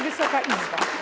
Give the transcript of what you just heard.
Wysoka Izbo!